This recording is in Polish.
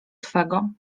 twego